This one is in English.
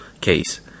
case